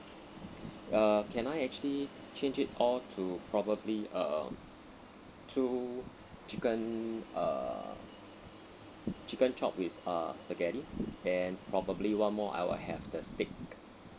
uh can I actually change it all to probably err two chicken err chicken chop with err spaghetti then probably one more I will have the steak